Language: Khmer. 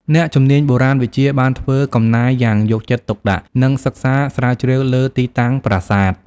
អ្នកជំនាញបុរាណវិទ្យាបានធ្វើកំណាយយ៉ាងយកចិត្តទុកដាក់ និងសិក្សាស្រាវជ្រាវលើទីតាំងប្រាសាទ។